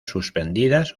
suspendidas